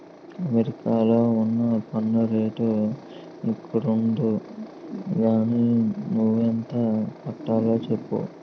అమెరికాలో ఉన్న పన్ను రేటు ఇక్కడుండదు గానీ నువ్వెంత కట్టాలో చెప్పు